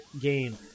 game